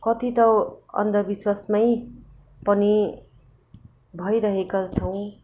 कति त अन्धविश्वासमै पनि भइरहेका छौँ